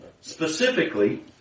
Specifically